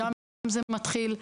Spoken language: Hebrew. שם זה מתחיל,